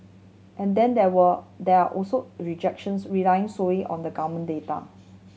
and then there were there are also rejections relying solely on the government data